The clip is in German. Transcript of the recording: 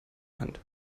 hand